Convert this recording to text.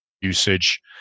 usage